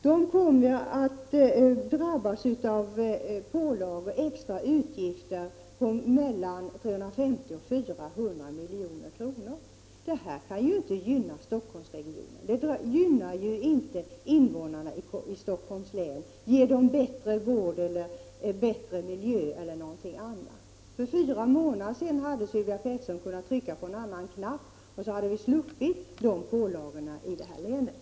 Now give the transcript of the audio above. Det kommer att drabbas av extra utgifter på mellan 350 och 400 milj.kr. Det kan ju inte gynna Stockholmsregionen. Det gynnar inte invånarna i Stockholms län, ger inte bättre vård eller bättre miljö. För fyra månader sedan hade Sylvia Pettersson kunnat trycka på en annan knapp, och vi hade sluppit dessa pålagor i länet.